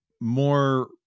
more